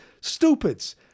Stupids